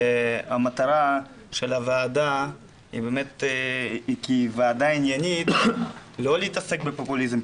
והמטרה של הוועדה כוועדה עניינית לא להתעסק בפופוליזם,